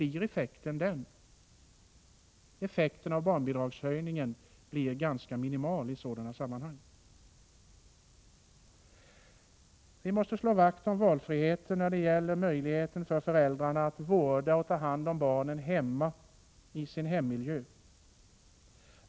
Effekten av barnbidragshöjningen blir under sådana förhållanden ganska minimal. Vi måste slå vakt om föräldrarnas frihet att välja att vårda och ta hand om barnen i hemmiljön.